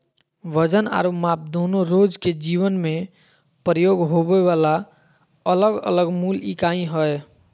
वजन आरो माप दोनो रोज के जीवन मे प्रयोग होबे वला अलग अलग मूल इकाई हय